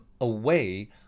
away